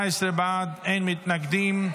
19 בעד, אין מתנגדים.